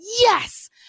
Yes